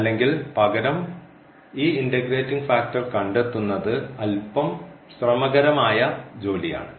അല്ലെങ്കിൽ പകരം ഈ ഇൻറഗ്രേറ്റിംഗ് ഫാക്ടർ കണ്ടെത്തുന്നത് അൽപ്പം ശ്രമകരമായ ജോലിയാണ്